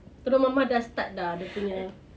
tu mama dah start dia punya